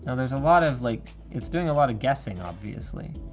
so there's a lot of like. it's doing a lot of guessing, obviously.